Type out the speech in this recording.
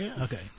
Okay